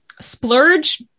splurge